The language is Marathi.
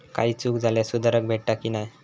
काही चूक झाल्यास सुधारक भेटता की नाय?